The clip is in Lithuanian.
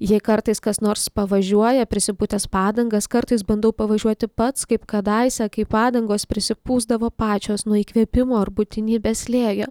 jei kartais kas nors pavažiuoja prisipūtęs padangas kartais bandau pavažiuoti pats kaip kadaise kai padangos prisipūsdavo pačios nuo įkvėpimo ar būtinybės slėgio